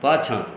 पाछाँ